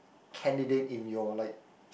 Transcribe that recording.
candidate in your like